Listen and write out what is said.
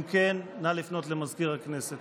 אם כן, נא לפנות למזכיר הכנסת.